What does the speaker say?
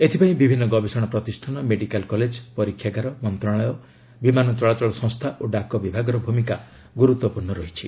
ଏଥିପାଇଁ ବିଭିନ୍ନ ଗବେଷଣା ପ୍ରତିଷ୍ଠାନ ମେଡ଼ିକାଲ କଲେଜ ପରୀକ୍ଷାଗାର ମନ୍ତ୍ରଶାଳୟ ବିମାନ ଚଳାଚଳ ସଂସ୍ଥା ଓ ଡାକ ବିଭାଗର ଭୂମିକା ଗୁରୁତ୍ୱପୂର୍ଣ୍ଣ ରହିଛି